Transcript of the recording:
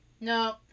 no